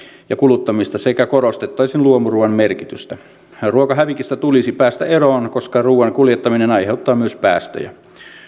ja kuluttamista sekä korostettaisiin luomuruuan merkitystä ruokahävikistä tulisi päästä eroon koska ruuan kuljettaminen aiheuttaa myös päästöjä